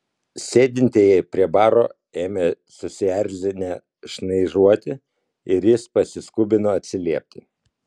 sėdintieji prie baro ėmė susierzinę šnairuoti ir jis pasiskubino atsiliepti